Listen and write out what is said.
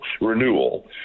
renewal